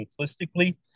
simplistically